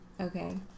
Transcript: Okay